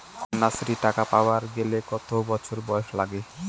কন্যাশ্রী টাকা পাবার গেলে কতো বছর বয়স লাগে?